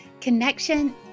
Connection